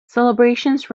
celebrations